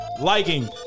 liking